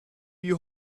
you